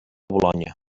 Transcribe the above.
bolonya